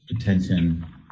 attention